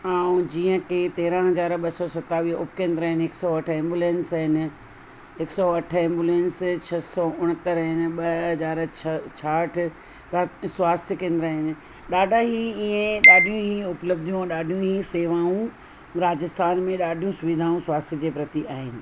ऐं जीअं की तेरहां हज़ार ॿ सौ सतावीह उपकेंद्र आहिनि हिकु सौ अठ एम्बूलेंस आहिनि हिकु सौ अठ एम्बूलेंस छह सौ उणहतरि आहिनि ॿ हज़ार छह छाहठि स्वा स्वास्थय केंद्र आहिनि ॾाढा ई ईएं ॾाढी ई उपलब्धियूं ॾाढियूं ई सेवाऊं राजस्थान में ॾाढियूं सुविधाऊं स्वास्थय जे प्रति आहिनि